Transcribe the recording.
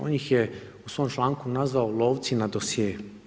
On ih je u svom članku nazvao „lovci na dosjee“